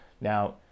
Now